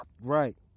Right